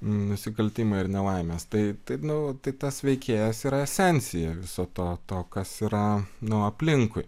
nusikaltimą ir nelaimes tai tai nu tai tas veikėjas yra esencija viso to to kas yra nu aplinkui